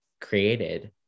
created